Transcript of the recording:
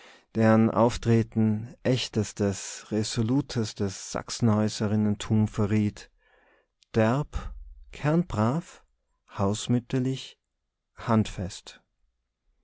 deren auftreten echtestes resolutestes sachsenhäuserinnentum verriet derb kernbrav hausmütterlich handfest